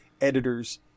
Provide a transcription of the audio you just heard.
editors